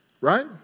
Right